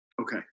Okay